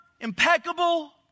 impeccable